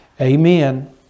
Amen